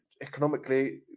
economically